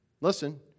listen